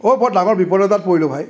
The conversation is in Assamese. অ' বৰ ডাঙৰ বিপদ এটাত পৰিলোঁ ভাই